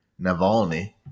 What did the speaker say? Navalny